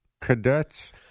Cadets